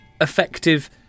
effective